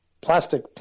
plastic